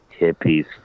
hippies